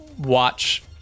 watch